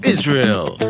Israel